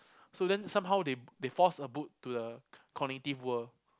so then somehow they they force a book to a cognitive world